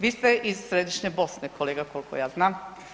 Vi ste iz središnje Bosne kolega koliko ja znam.